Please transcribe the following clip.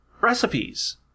recipes